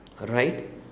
Right